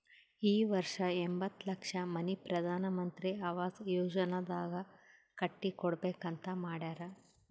ಈ ವರ್ಷ ಎಂಬತ್ತ್ ಲಕ್ಷ ಮನಿ ಪ್ರಧಾನ್ ಮಂತ್ರಿ ಅವಾಸ್ ಯೋಜನಾನಾಗ್ ಕಟ್ಟಿ ಕೊಡ್ಬೇಕ ಅಂತ್ ಮಾಡ್ಯಾರ್